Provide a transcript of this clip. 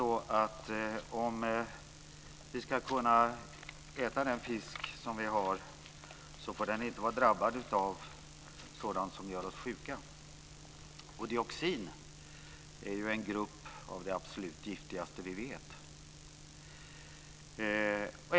Den fisk som vi äter får inte innehålla sådant som gör oss sjuka, och dioxin tillhör de absolut giftigaste ämnen som vi känner till.